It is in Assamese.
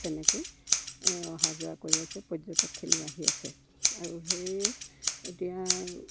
তেনেকেই অহা যোৱা কৰি আছে পৰ্যটকখিনিও আহি আছে আৰু সেই এতিয়া